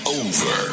over